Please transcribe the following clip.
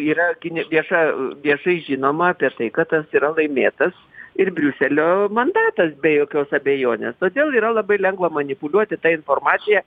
yra gi vieša tiesiai žinoma apie tai kad tas yra laimėtas ir briuselio mandatas be jokios abejonės todėl yra labai lengva manipuliuoti ta informacija